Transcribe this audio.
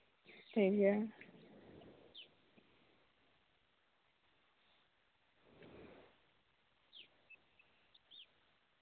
ᱴᱷᱤᱠᱜᱮᱭᱟ